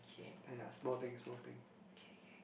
!aiya! small thing small thing